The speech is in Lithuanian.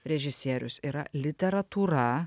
režisierius yra literatūra